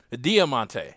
Diamante